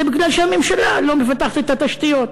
זה מפני שהממשלה לא מפתחת את התשתיות,